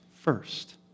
first